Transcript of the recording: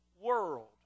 world